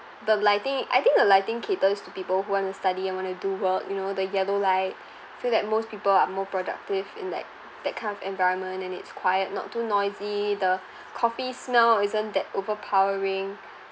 the lighting I think the lighting caters to people who want to study and want to do work you know the yellow light feel that most people are more productive in that that kind of environment and its quiet not too noisy the coffee smell isn't that overpowering